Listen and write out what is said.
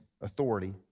authority